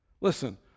Listen